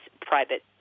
private